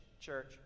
church